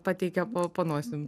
pateikė po po nosim